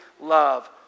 love